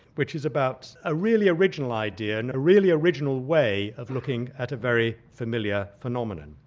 which is about a really original idea, and a really original way of looking at a very familiar phenomenon.